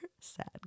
Sad